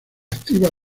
activas